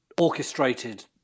orchestrated